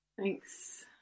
Thanks